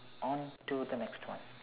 on to the next one